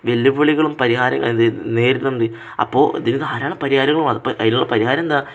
വെല്ലുവിളികളും നേരിടുന്നുണ്ട് അപ്പോള് ഇതിന് ധാരാളം പരിഹാരങ്ങള് വേണം അപ്പോള് അതിനുള്ള പരിഹാരമെന്താണ്